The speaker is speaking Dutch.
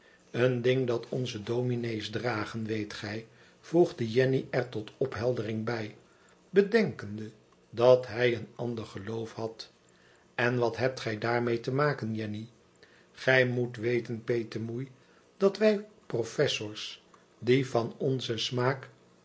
en ding dat onze dominé's dragen weet gij voegde jenny er tot opheldering bij bedenkende dat hij een ander geloof had en wat hebt gij daarmee te maken jenny gij moet weten petemoei dat wij professors die van onzen smaak